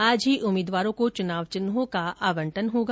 आज ही उम्मीदवारों को चुनाव चिन्हों का आवंटन किया जाएगा